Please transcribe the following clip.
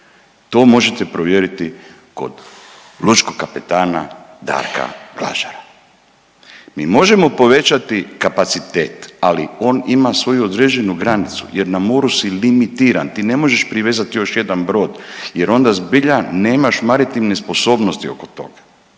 To možete provjeriti kod lučkog kapetana Darka Glažara. Mi možemo povećati kapacitet, ali on ima svoju određenu granicu, jer na moru si limitiran. Ti ne možeš privezati još jedan brod, jer onda zbilja nemaš maritivne sposobnosti oko toga.